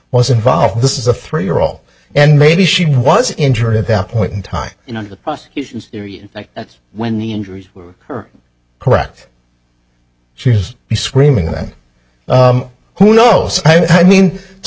was involved this is a three year old and maybe she was injured at that point in time you know that's when the injuries were correct she was screaming that who knows i mean to